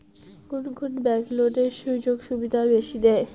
কুন কুন ব্যাংক লোনের সুযোগ সুবিধা বেশি দেয়?